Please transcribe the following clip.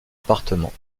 appartement